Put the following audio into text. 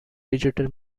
digital